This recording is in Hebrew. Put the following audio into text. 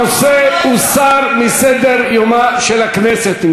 הנושא הוסר מסדר-יומה של הכנסת.